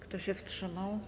Kto się wstrzymał?